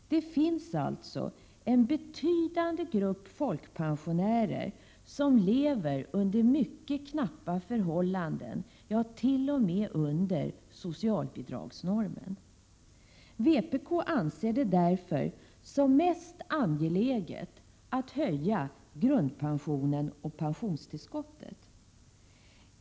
Det finns alltså en betydande grupp folkpensionärer som lever under mycket knappa förhållanden, ja, t.o.m. under socialbidragsnormen. Vpk anser det därför som mest angeläget att höja grundpensionen och pensions tillskottet.